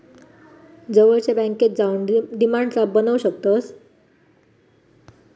जवळच्या बॅन्केत जाऊन डिमांड ड्राफ्ट बनवू शकतंस